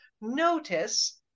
notice